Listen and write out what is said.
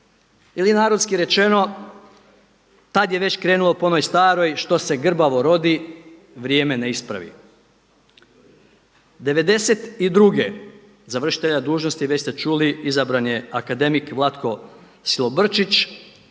Ili narodski rečeno tad je već krenuo po onoj staroj „što se grbavo rodi vrijeme ne ispravi“. '92. za vršitelja dužnosti već ste čuli izabran je akademik Vlatko Silobrčić.